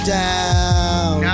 down